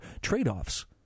trade-offs